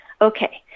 Okay